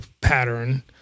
pattern